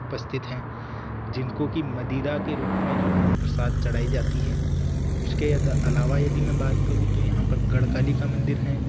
उपस्थित हैं जिनको कि मदीरा के रूप में जो है प्रसाद चढ़ाई जाती है उसके अदा अलावा यदि मैं बात करूँ तो यहाँ पर गढ़ काली का मंदिर है